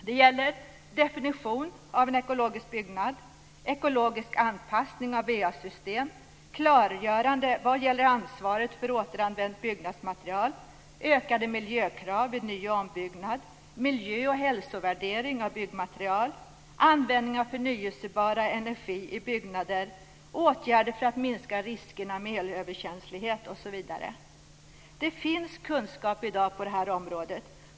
Det gäller definition av en ekologisk byggnad, ekologisk anpassning av va-system, klargörande vad gäller ansvaret för återanvänt byggnadsmaterial, ökade miljökrav vid ny och ombyggnad, miljö och hälsovärdering av byggmaterial, användning av förnybar energi i byggnader och åtgärder för att minska riskerna med elöverkänslighet. Det finns kunskap i dag på det här området.